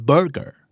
Burger